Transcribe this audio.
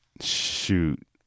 shoot